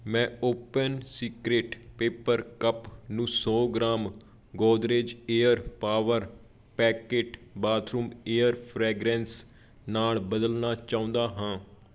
ਮੈਂ open secret paper cup ਨੂੰ ਸੌ gram Godrej air power packet bathroom air fragrance ਨਾਲ ਬਦਲਣਾ ਚਾਹੁੰਦਾ ਹਾਂ